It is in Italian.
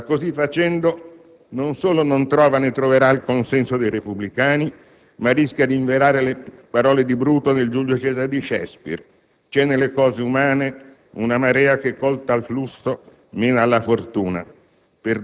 Ma così facendo non solo non trova, né troverà, il consenso dei Repubblicani, ma rischia di inverare le parole di Bruto nel «Giulio Cesare» di Shakespeare: «C'è nelle cose umane una marea che colta al flusso mena alla fortuna: